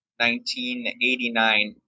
1989